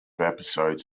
episodes